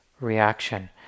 reaction